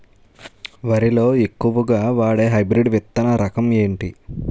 వరి లో ఎక్కువుగా వాడే హైబ్రిడ్ విత్తన రకం ఏంటి?